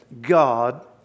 God